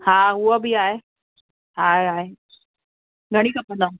हा उ बिहा आहे हा आहे आहे घणी खपंदव